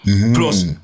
Plus